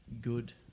Good